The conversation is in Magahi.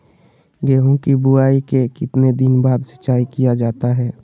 गेंहू की बोआई के कितने दिन बाद सिंचाई किया जाता है?